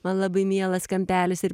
man labai mielas kampelis ir